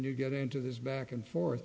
you get into this back and forth